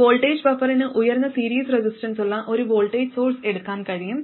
voltage ബഫറിന് ഉയർന്ന series റെസിസ്റ്റൻസുള്ള ഒരു വോൾട്ടേജ് സോഴ്സ് എടുക്കാൻ കഴിയും